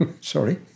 Sorry